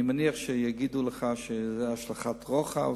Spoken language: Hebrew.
אני מניח שהם יגידו לך "השלכות רוחב",